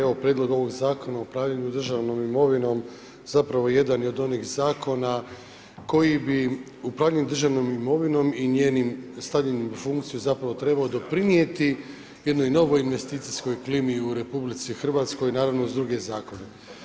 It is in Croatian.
Evo prijedlog ovog zakona o upravljanju državnom imovinom zapravo jedan je od onih zakona koji bi upravljanje državnom imovinom i njenim stavljanjem u funkciju zapravo trebao doprinijeti jednoj novoj investicijskoj klimi u Republici Hrvatskoj naravno uz druge zakone.